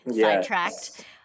sidetracked